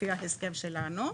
לפי ההסכם שלנו.